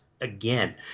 Again